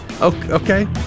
Okay